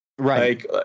Right